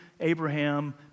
Abraham